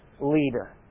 leader